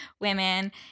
women